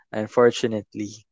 unfortunately